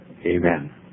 Amen